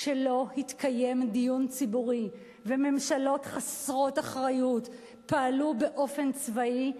כשלא התקיים דיון ציבורי וממשלות חסרות אחריות פעלו באופן צבאי,